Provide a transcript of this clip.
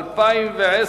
בעד, 11,